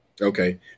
okay